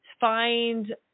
find